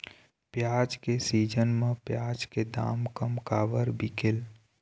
प्याज के सीजन म प्याज के दाम कम काबर बिकेल?